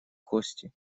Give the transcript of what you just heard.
кости